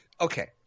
Okay